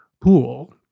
pool